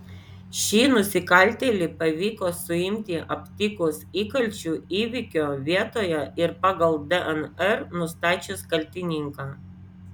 šį nusikaltėlį pavyko suimti aptikus įkalčių įvykio vietoje ir pagal dnr nustačius kaltininką